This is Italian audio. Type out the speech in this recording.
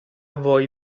voi